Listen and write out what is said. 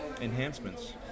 enhancements